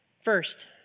First